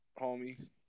homie